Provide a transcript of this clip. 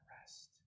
rest